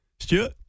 Stuart